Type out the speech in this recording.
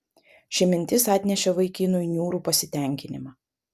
ši mintis atnešė vaikinui niūrų pasitenkinimą